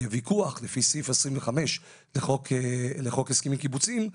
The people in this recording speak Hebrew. יהיה ויכוח לפי סעיף 25 לחוק הסכמים קיבוציים,